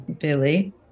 Billy